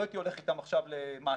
לא הייתי הולך איתם עכשיו למעצר,